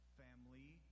family